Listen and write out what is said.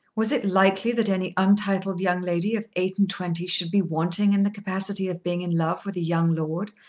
was it likely that any untitled young lady of eight-and-twenty should be wanting in the capacity of being in love with a young lord,